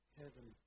heaven